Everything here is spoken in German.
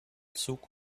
zug